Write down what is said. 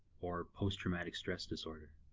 or post-traumatic stress disorder.